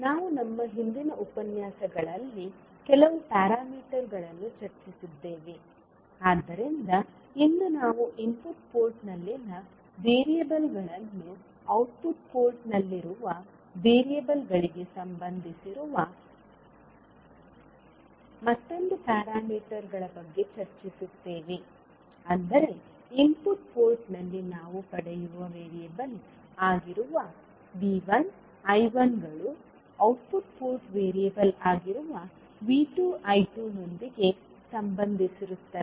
ನಾವು ನಮ್ಮ ಹಿಂದಿನ ಉಪನ್ಯಾಸಗಳಲ್ಲಿ ಕೆಲವು ಪ್ಯಾರಾಮೀಟರ್ಗಳನ್ನು ಚರ್ಚಿಸಿದ್ದೇವೆ ಆದ್ದರಿಂದ ಇಂದು ನಾವು ಇನ್ಪುಟ್ ಪೋರ್ಟ್ನಲ್ಲಿನ ವೇರಿಯೇಬಲ್ಗಳನ್ನು ಔಟ್ಪುಟ್ ಪೋರ್ಟ್ನಲ್ಲಿರುವ ವೇರಿಯೇಬಲ್ಗಳಿಗೆ ಸಂಬಂಧಿಸಿರುವ ಮತ್ತೊಂದು ಪ್ಯಾರಾಮೀಟರ್ಗಳ ಬಗ್ಗೆ ಚರ್ಚಿಸುತ್ತೇವೆ ಅಂದರೆ ಇನ್ಪುಟ್ ಪೋರ್ಟ್ನಲ್ಲಿ ನಾವು ಪಡೆಯುವ ವೇರಿಯೇಬಲ್ ಆಗಿರುವ V1 I1 ಗಳು ಔಟ್ಪುಟ್ ಪೋರ್ಟ್ ವೇರಿಯೇಬಲ್ ಆಗಿರುವ V2 I2 ನೊಂದಿಗೆ ಸಂಬಂಧಿಸಿರುತ್ತವೆ